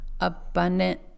abundant